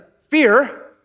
fear